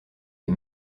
des